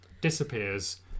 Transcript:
disappears